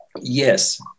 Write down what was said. Yes